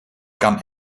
kan